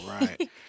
Right